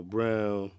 Brown